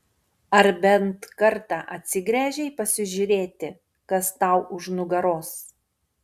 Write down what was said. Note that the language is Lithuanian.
ar bent kartą atsigręžei pasižiūrėti kas tau už nugaros